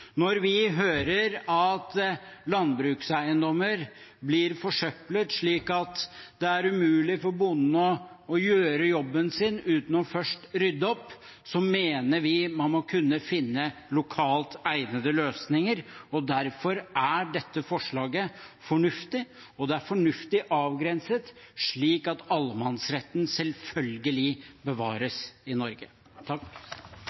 Når vi hører at landbrukseiendommer blir forsøplet slik at det er umulig for bonden å gjøre jobben sin uten først å rydde opp, mener vi man må kunne finne lokalt egnede løsninger. Derfor er dette forslaget fornuftig, og det er fornuftig avgrenset, slik at allemannsretten selvfølgelig